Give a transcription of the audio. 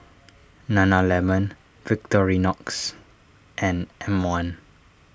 Nana Lemon Victorinox and M one